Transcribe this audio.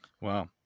Wow